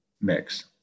mix